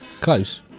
close